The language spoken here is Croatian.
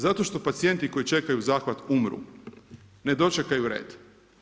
Zato što pacijenti koji čekaju zahvat umru, ne dočekaju red.